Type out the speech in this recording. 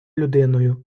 людиною